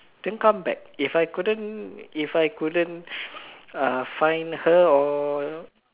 then come back if I couldn't if I couldn't uh find her or it